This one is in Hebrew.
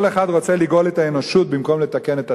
כל אחד רוצה לגאול את האנושות במקום לתקן את עצמו.